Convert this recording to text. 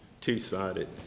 two-sided